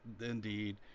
indeed